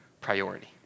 priority